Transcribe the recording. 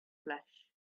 flesh